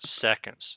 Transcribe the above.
seconds